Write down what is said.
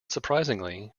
surprisingly